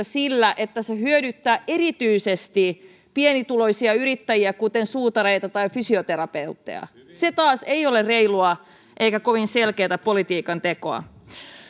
sillä että se hyödyttää erityisesti pienituloisia yrittäjiä kuten suutareita tai fysioterapeutteja se taas ei ole reilua eikä kovin selkeätä politiikan tekoa